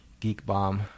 Geekbomb